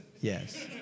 Yes